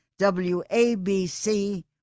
WABC